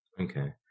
Okay